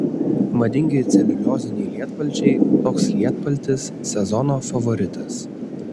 madingi celiulioziniai lietpalčiai toks lietpaltis sezono favoritas